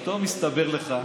פתאום הסתבר לך,